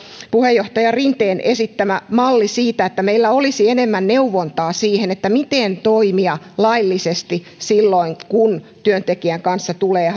puheenjohtaja rinteen esittämään malliin siitä että meillä olisi enemmän neuvontaa siihen miten toimia laillisesti silloin kun työntekijän kanssa tulee